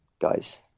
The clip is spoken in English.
guys